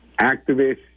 activists